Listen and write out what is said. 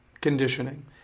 conditioning